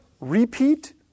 repeat